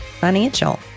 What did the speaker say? financial